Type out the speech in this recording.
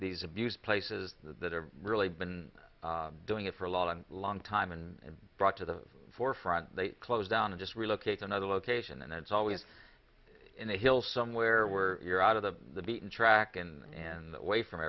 these abuse places that are really been doing it for a lot of long time and brought to the forefront they close down and just relocate to another location and it's always in the hills somewhere where you're out of the beaten track and and away from